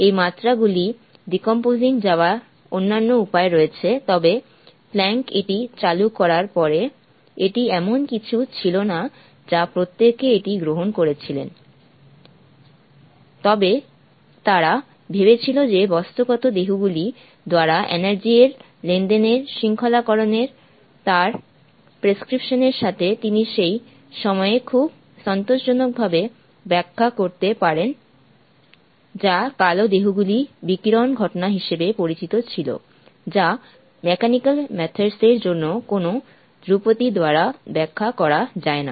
এই মাত্রাগুলি ডিকম্পোসিং যাওয়ার অন্যান্য উপায় রয়েছে তবে প্ল্যাঙ্ক এটি চালু করার পরে এটি এমন কিছু ছিল না যা প্রত্যেকে এটি গ্রহণ করেছিল তবে তারা ভেবেছিল যে বস্তুগত দেহগুলি দ্বারা এনার্জি এর লেনদেনের শৃঙ্খলাকরণের তার প্রেসক্রিপশন এর সাথে তিনি সেই সময়ে খুব সন্তোষজনকভাবে ব্যাখ্যা করতে পারেন যা কালো দেহগুলি বিকিরণ ঘটনা হিসাবে পরিচিত ছিল যা মেকানিকাল মেথডস এর জন্য কোনও ধ্রুপদী দ্বারা ব্যাখ্যা করা যায় না